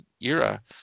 era